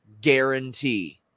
guarantee